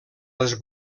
les